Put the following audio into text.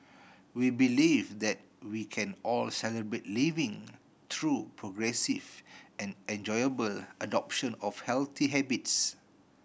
we believe that we can all Celebrate Living through progressive and enjoyable adoption of healthy habits